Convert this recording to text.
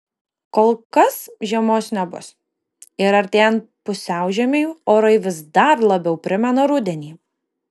kol kas žiemos nebus ir artėjant pusiaužiemiui orai vis dar labiau primena rudenį